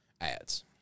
ads